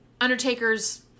Undertaker's